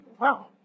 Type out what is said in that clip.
wow